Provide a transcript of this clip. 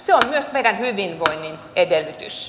se on myös meidän hyvinvointimme edellytys